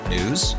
News